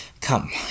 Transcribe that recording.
Come